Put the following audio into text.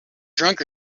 drunk